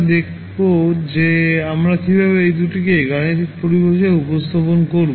তাই আমরা দেখব যে আমরা কীভাবে এই দুটিকে গাণিতিক পরিভাষায় উপস্থাপন করব